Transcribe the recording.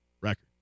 record